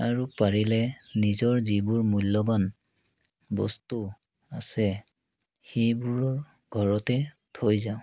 আৰু পাৰিলে নিজৰ যিবোৰ মূল্যৱান বস্তু আছে সেইবোৰ ঘৰতে থৈ যাওঁ